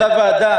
אתה ועדה.